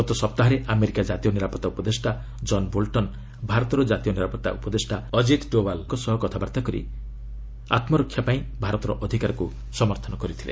ଗତ ସପ୍ତାହରେ ଆମେରିକା ଜାତୀୟ ନିରାପତ୍ତା ଉପଦେଷ୍ଟା ଜନ୍ ବୋଲ୍ଟନ୍ ଭାରତର ଜାତୀୟ ନିରାପତ୍ତା ଉପଦେଷ୍ଟା ଅଜିତ୍ ଡୋବାଲ୍ଙ୍କ ସହ କଥାବାର୍ତ୍ତା କରି ଆତ୍କରକ୍ଷା ପାଇଁ ଭାରତର ଅଧିକାରକୁ ସମର୍ଥନ କରିଛନ୍ତି